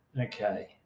okay